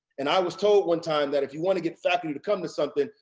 and i was told one time that if you want to get faculty to come to something,